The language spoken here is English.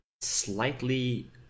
slightly